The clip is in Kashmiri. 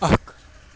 اکھ